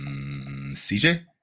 cj